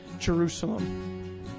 Jerusalem